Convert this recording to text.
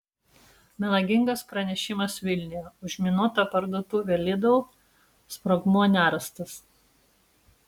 melagingas pranešimas vilniuje užminuota parduotuvė lidl sprogmuo nerastas